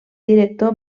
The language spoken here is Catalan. director